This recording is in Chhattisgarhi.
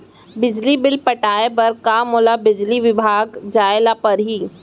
बिजली बिल पटाय बर का मोला बिजली विभाग जाय ल परही?